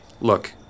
Look